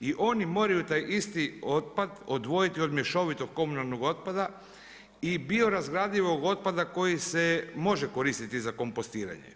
i oni moraju taj isti otpad odvojiti od mješovitog komunalnog otpada i biorazgradivog otpada koji se može koristiti za kompostiranje.